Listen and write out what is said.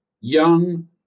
young